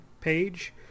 page